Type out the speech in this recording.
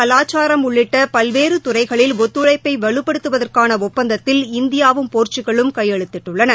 கலாச்சாரம்உள்ளிட்ட பல்வேறு துறைகளில் வர்த்தகம் ஒத்துழைப்பை துறைமுகம் வலுப்படுத்துவதற்கான ஒப்பந்தத்தில் இந்தியாவும் போர்சுக்கல்லும் கையெழுத்திட்டுள்ளன